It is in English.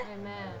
Amen